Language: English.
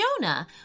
Jonah